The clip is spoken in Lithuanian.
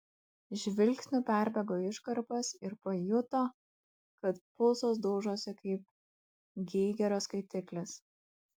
žvilgsniu perbėgo iškarpas ir pajuto kad pulsas daužosi kaip geigerio skaitiklis